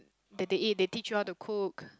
that they eat they teach you how to cook